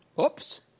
Oops